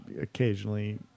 occasionally